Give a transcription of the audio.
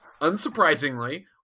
Unsurprisingly